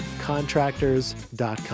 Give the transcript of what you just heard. contractors.com